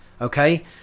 okay